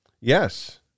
yes